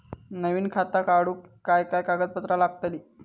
नवीन खाता काढूक काय काय कागदपत्रा लागतली?